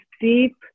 deep